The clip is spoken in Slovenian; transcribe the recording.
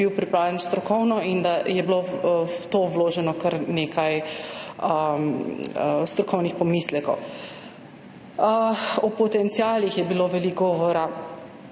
pripravljen strokovno in da je bilo v to vloženo kar nekaj strokovnih pomislekov. Veliko je bilo govora